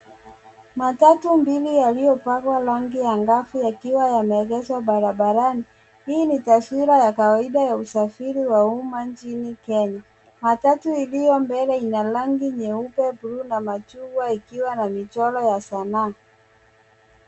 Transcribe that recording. Matatu mbili yaliyopakwa rangi angavu yakiwa yameegeshwa barabarani. Hii ni taswira ya kawaida ya usafiri wa uma nchini Kenya. Matatu iliyo mbele ina rangi nyeupe, bluu na machungwa ikiwa na michoro ya sanaa.